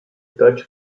deutsche